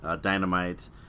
Dynamite